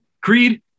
Creed